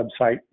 website